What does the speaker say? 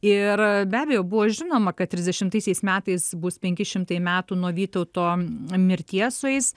ir be abejo buvo žinoma kad trisdešimtaisiais metais bus penki šimtai metų nuo vytauto mirties sueis